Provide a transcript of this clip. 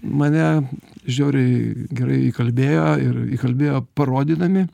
mane žiauriai gerai įkalbėjo ir įkalbėjo parodydami